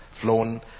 flown